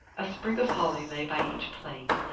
a sprig of holly lay by each plate,